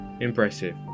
Impressive